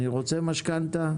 אני רוצה משכנתא,